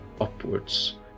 upwards